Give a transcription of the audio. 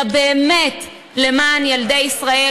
אלא באמת למען ילדי ישראל,